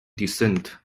descent